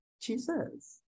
Jesus